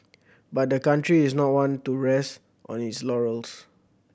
but the country is not one to rest on its laurels